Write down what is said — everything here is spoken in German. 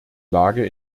lage